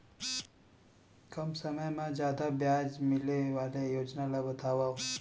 कम समय मा जादा ब्याज मिले वाले योजना ला बतावव